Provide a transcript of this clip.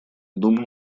думал